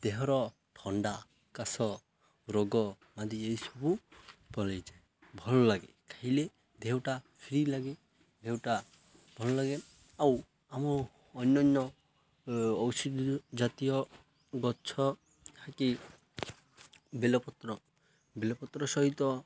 ଦେହର ଥଣ୍ଡା କାଶ ରୋଗ ମାଦି ଏଇସବୁ ପଳେଇଯାଏ ଭଲଲାଗେ ଖାଇଲେ ଦେହଟା ଫ୍ରୀ ଲାଗେ ଦେହଟା ଭଲଲାଗେ ଆଉ ଆମ ଅନ୍ୟାନ୍ୟ ଔଷଧ ଜାତୀୟ ଗଛ ହେକି ବେଲପତ୍ର ବେଲପତ୍ର ସହିତ